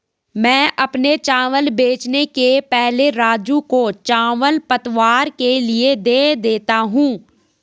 मैं अपने चावल बेचने के पहले राजू को चावल पतवार के लिए दे देता हूं